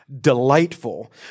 delightful